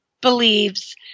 believes